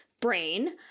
brain